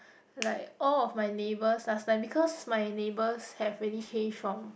like all of my neighbours last time because my neighbours have really changed from